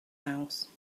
house